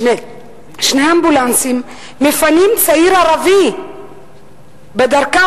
שני אמבולנסים מפנים צעיר ערבי בדרכם